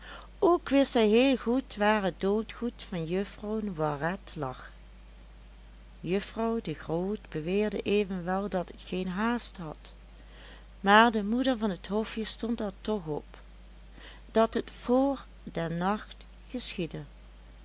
ook wist zij heel goed waar het doodgoed van juffrouw noiret lag juffrouw de groot beweerde evenwel dat het geen haast had maar de moeder van t hofje stond er toch op dat het vr den nacht geschiedde